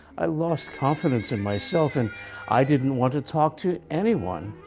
i lost confidence in myself and i didn't want to talk to anyone.